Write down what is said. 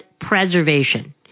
preservation